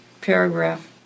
paragraph